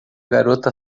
garota